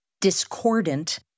discordant